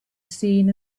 seen